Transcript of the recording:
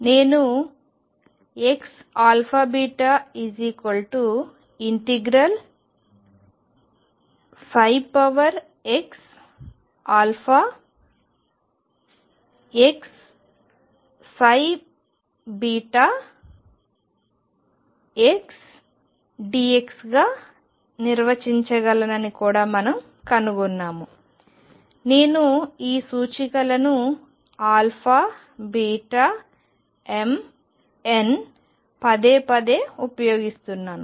నేను xαβ∫xxxdx గా నిర్వచించగలనని కూడా మనం కనుగొన్నాము నేను ఈ సూచికలను α βmn పదే పదే ఉపయోగిస్తున్నాను